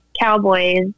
Cowboys